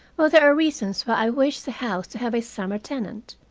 but there are reasons why i wish the house to have a summer tenant.